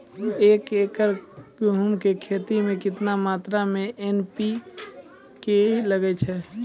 एक एकरऽ गेहूँ के खेती मे केतना मात्रा मे एन.पी.के लगे छै?